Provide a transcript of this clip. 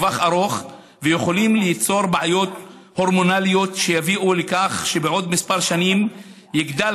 ועלולים ליצור בעיות הורמונליות שיביאו לכך שבעוד כמה שנים יגדל